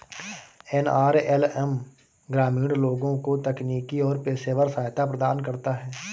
NRLM ग्रामीण लोगों को तकनीकी और पेशेवर सहायता प्रदान करता है